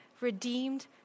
redeemed